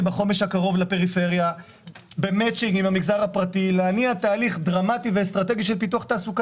בחומש הקרוב לפריפריה שיניעו תהליכים תעסוקתיים.